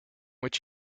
which